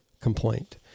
complaint